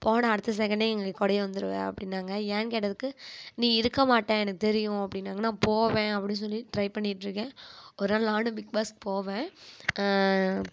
போனல் அடுத்த செகண்ட்டே எங்கள் கூடையே வந்துருவ அப்படினாங்க ஏன்னு கேட்டதுக்கு நீ இருக்கற மாட்ட எனக்கு தெரியும் அப்படினாங்க நான் போவேன் அப்படினு சொல்லி ட்ரை பண்ணிகிட்டு இருக்கேன் ஒரு நாள் நானும் பிக் பாஸ்க்கு போவேன்